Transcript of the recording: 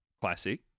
Classic